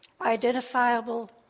identifiable